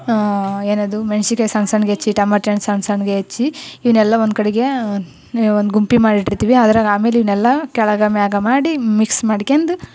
ಏನದು ಮೆಣ್ಸಿಕಾಯಿ ಸಣ್ಣ ಸಣ್ಣಗೆ ಹೆಚ್ಚಿ ಟಮಟೆಯನ್ನು ಸಣ್ಣ ಸಣ್ಣಗೆ ಹೆಚ್ಚಿ ಇವುನೆಲ್ಲ ಒಂದು ಕಡೆಗೆ ಒಂದು ಗುಂಪು ಮಾಡಿಟ್ಟಿರ್ತೀವಿ ಅದ್ರಾಗ ಆಮೇಲೆ ಇವನ್ನೆಲ್ಲಾ ಕೆಳ್ಗೆ ಮೇಲೆ ಮಾಡಿ ಮಿಕ್ಸ್ ಮಾಡ್ಕೊಂಡು